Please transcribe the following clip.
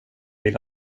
vill